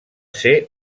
ser